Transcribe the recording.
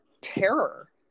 terror